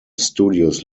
studios